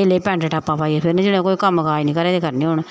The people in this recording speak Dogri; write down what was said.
एह् लेह् पैंट टापां पाइयै फिरना ते जिनें कोई कम्मकाज निं घरै दा करना होऐ